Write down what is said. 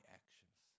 actions